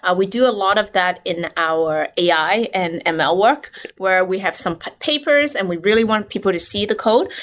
ah we do a lot of that in our ai and and ml work where we have some papers and we really want people to see the code.